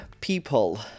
people